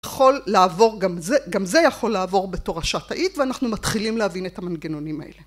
יכול לעבור, גם זה יכול לעבור בתורשת תאית ואנחנו מתחילים להבין את המנגנונים האלה.